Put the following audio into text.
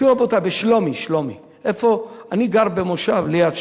תראו, רבותי, בשלומי, אני גר במושב ליד שלומי,